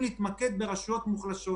אם זה ליקוי בתכנון או ליקוי מתוכנן,